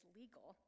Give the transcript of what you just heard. legal